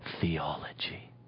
theology